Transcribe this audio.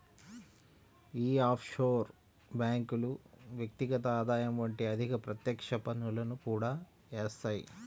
యీ ఆఫ్షోర్ బ్యేంకులు వ్యక్తిగత ఆదాయం వంటి అధిక ప్రత్యక్ష పన్నులను కూడా యేత్తాయి